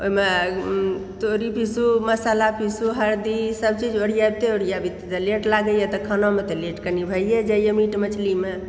ओहिमे तोरी पिसु मसाला पिसु हरदिसभ चीज ओरिआबते ओरिआबते लेट लागयए तऽ खानामे तऽ लेट कनि भइए जाइए मीट मछलीमे